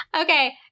Okay